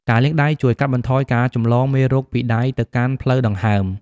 ការលាងដៃជួយកាត់បន្ថយការចម្លងមេរោគពីដៃទៅកាន់ផ្លូវដង្ហើម។